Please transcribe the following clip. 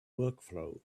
workflow